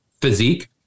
physique